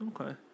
Okay